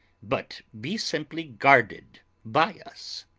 but be simply guarded by us.